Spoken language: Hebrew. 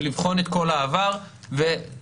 לבחון את כל העבר ולנקות